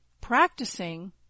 practicing